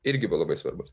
irgi buvo labai svarbus